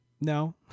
No